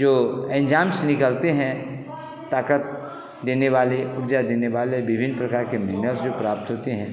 जो एंजाइम्स निकलते हैं ताकत देने वाले ऊर्जा देने वाले विभिन्न प्रकार के मिनरल्स जो प्राप्त होते हैं